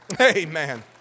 Amen